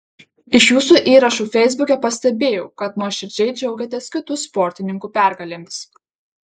iš jūsų įrašų feisbuke pastebėjau kad nuoširdžiai džiaugiatės kitų sportininkų pergalėmis